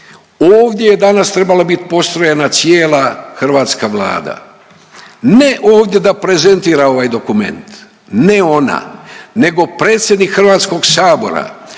ovdje je danas trebala biti postrojena cijela hrvatska Vlada. Ne ovdje da prezentira ovaj dokument, ne ona, nego predsjednik Hrvatskog sabora